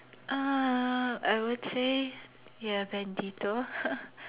uh I would say ya Bandito